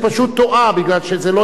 מפני שזה לא עניין משפטי,